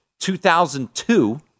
2002